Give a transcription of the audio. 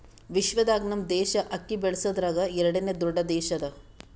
ವಿಶ್ವದಾಗ್ ನಮ್ ದೇಶ ಅಕ್ಕಿ ಬೆಳಸದ್ರಾಗ್ ಎರಡನೇ ದೊಡ್ಡ ದೇಶ ಅದಾ